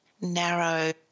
narrow